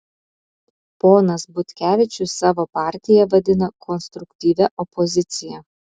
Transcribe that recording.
ponas butkevičius savo partiją vadina konstruktyvia opozicija